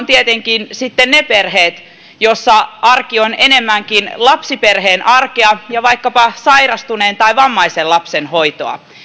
tietenkin sitten ne perheet joissa arki on enemmänkin lapsiperheen arkea ja vaikkapa sairastuneen tai vammaisen lapsen hoitoa